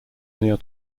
near